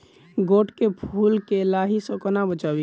गोट केँ फुल केँ लाही सऽ कोना बचाबी?